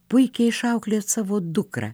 puikiai išauklėjot savo dukrą